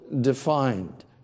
defined